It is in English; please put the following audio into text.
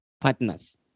partners